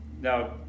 now